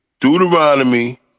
Deuteronomy